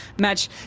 match